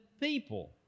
people